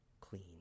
clean